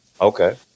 Okay